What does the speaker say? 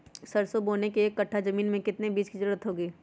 सरसो बोने के एक कट्ठा जमीन में कितने बीज की जरूरत होंगी?